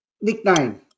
Nickname